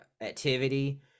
activity